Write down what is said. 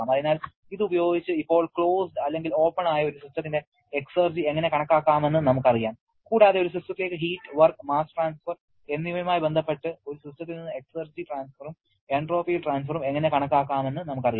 അതിനാൽ ഇത് ഉപയോഗിച്ച് ഇപ്പോൾ ക്ലോസ്ഡ് അല്ലെങ്കിൽ ഓപ്പൺ ആയ ഒരു സിസ്റ്റത്തിന്റെ എക്സർജി എങ്ങനെ കണക്കാക്കാമെന്ന് നമുക്കറിയാം കൂടാതെ ഒരു സിസ്റ്റത്തിലേക്ക് ഹീറ്റ് വർക്ക് മാസ് ട്രാൻസ്ഫർ എന്നിവയുമായി ബന്ധപ്പെട്ട് ഒരു സിസ്റ്റത്തിൽ നിന്ന് എക്സർജി ട്രാൻസ്ഫറും എൻട്രോപ്പി ട്രാൻസ്ഫറും എങ്ങനെ കണക്കാക്കാമെന്ന് നമുക്കറിയാം